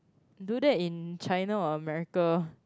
do that in China or America